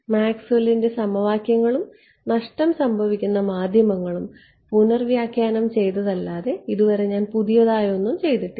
മാക്സ്വെല്ലിന്റെ സമവാക്യങ്ങളും നഷ്ടം സംഭവിക്കുന്ന മാധ്യമങ്ങളും പുനർവ്യാഖ്യാനം ചെയ്തതല്ലാതെ ഇതുവരെ ഞാൻ പുതിയതായൊന്നും ചെയ്തിട്ടില്ല